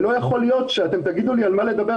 לא יכול להיות שאתם תגידו לי על מה לדבר